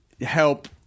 help